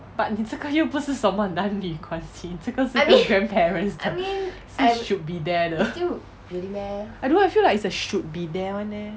but 你这个又不是什么男女关系这个是 grandparents 的是 should be there 的 I don't know I feel like it's a should be there [one] eh